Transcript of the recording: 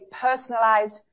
personalized